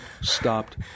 stopped